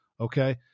okay